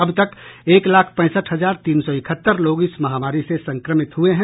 अब तक एक लाख पैंसठ हजार तीन सौ इकहत्तर लोग इस महामारी से संक्रमित हुए हैं